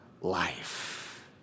life